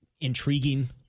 intriguing